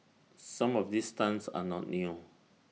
some of these stunts are not new